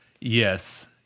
yes